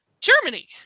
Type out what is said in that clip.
Germany